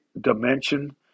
dimension